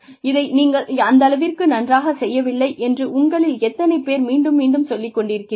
இதை நீங்கள் அந்தளவிற்கு நன்றாகச் செய்யவில்லை என்று உங்களில் எத்தனை பேர் மீண்டும் மீண்டும் சொல்லிக் கொண்டிருக்கிறீர்கள்